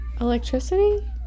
Electricity